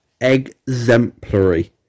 exemplary